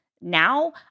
now